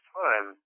time